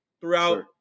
throughout